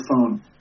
phone